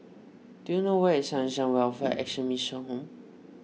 do you know where is Sunshine Welfare Action Mission Home